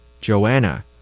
Joanna